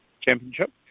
championship